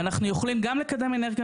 ואנחנו יכולים גם לקדם אנרגיה